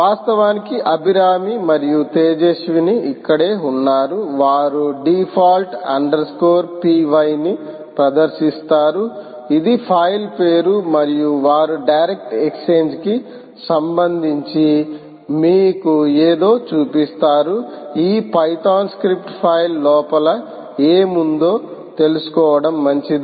వాస్తవానికి అభిరామి మరియు తేజస్విని ఇక్కడే ఉన్నారు వారు default underscore p y ని ప్రదర్శిస్తారు ఇది ఫైలు పేరు మరియు వారు డైరెక్ట్ ఎక్స్ఛేంజ్ కి సంబంధించి మీకు ఏదో చూపిస్తారు ఈ పైథాన్ స్క్రిప్ట్ ఫైల్ లోపల ఏమి ఉందో తెలుసుకోవడం మంచిది